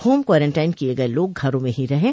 home quarantine किये गये लोग घरों में ही रहें